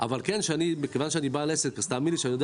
אבל כן מכיוון שאני בעל עסק אז תאמין לי שאני יודע